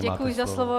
Děkuji za slovo.